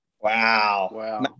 Wow